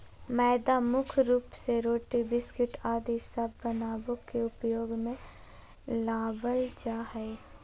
मैदा मुख्य रूप से रोटी, बिस्किट आदि सब बनावे ले उपयोग मे लावल जा हय